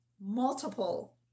multiple